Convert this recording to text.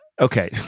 Okay